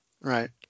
Right